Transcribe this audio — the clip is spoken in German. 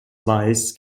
weiß